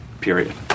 period